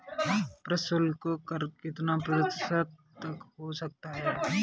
प्रशुल्क कर कितना प्रतिशत तक हो सकता है?